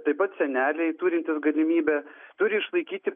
taip pat seneliai turintys galimybę turi išlaikyti